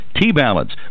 T-Balance